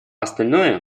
остальное